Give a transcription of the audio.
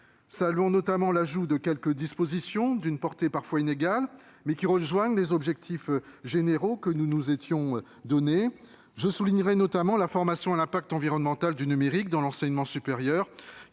Saluons notamment l'ajout de quelques dispositions, de portées parfois inégales, qui rejoignent les objectifs généraux que nous nous étions donnés. Je soulignerai notamment la formation à l'impact environnemental du numérique dans l'enseignement supérieur,